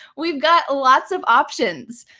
we've got lots of options.